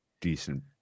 decent